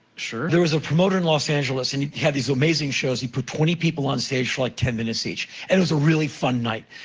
sure. there was promotor in los angeles and who had these amazing shows. he'd put twenty people on stage for, like, ten minutes each, and it was a really fun night.